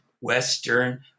Western